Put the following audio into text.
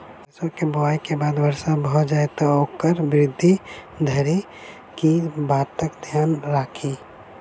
सैरसो केँ बुआई केँ बाद वर्षा भऽ जाय तऽ ओकर वृद्धि धरि की बातक ध्यान राखि?